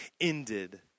ended